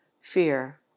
fear